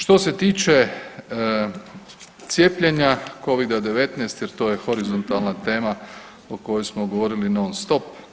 Što se tiče cijepljenja Covida-19 jer to je horizontalna tema o kojoj smo govorili non stop.